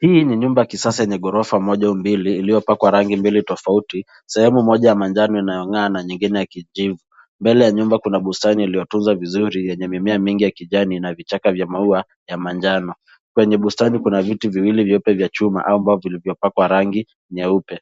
Hii ni nyumba ya kisasa yenye ghorofa moja au mbili iliyopakwa rangi mbili tofauti; sehemu moja ya manjano inayong'aa na nyingine ya kijivu. Mbele ya nyumba kuna bustani iliyotunzwa vizuri yenye mimea mingi ya kijani na vichaka vya maua ya manjano. Kwenye bustani kuna viti viwili vyeupe vya chuma vilivyopakwa rangi nyeupe.